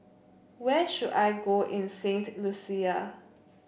where should I go in Saint Lucia